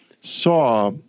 saw